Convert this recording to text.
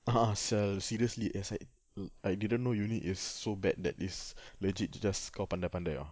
ah sia seriously as I err I didn't know uni is so bad that it's legit just kau pandai pandai ah